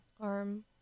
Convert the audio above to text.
arm